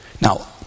Now